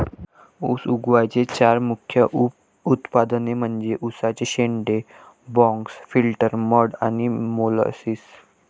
ऊस उद्योगाचे चार मुख्य उप उत्पादने म्हणजे उसाचे शेंडे, बगॅस, फिल्टर मड आणि मोलॅसिस